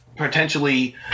potentially